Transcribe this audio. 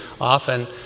Often